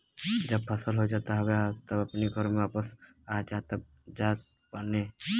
जब फसल हो जात हवे तब अपनी घरे वापस आ जात बाने